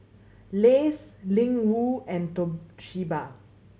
Lays Ling Wu and Toshiba